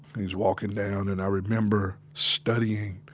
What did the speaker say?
he's walkin' down and i remember studying